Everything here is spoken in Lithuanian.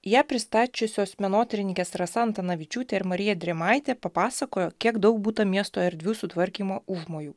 ją pristačiusios menotyrininkės rasa antanavičiūtė ir marija drėmaitė papasakojo kiek daug būta miesto erdvių sutvarkymo užmojų